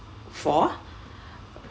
for